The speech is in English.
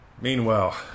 Meanwhile